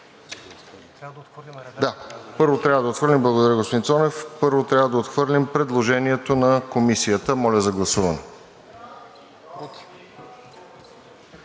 първо, трябва да отхвърлим предложението на Комисията. Моля за гласуване.